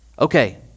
Okay